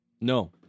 No